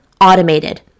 automated